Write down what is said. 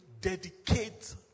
dedicate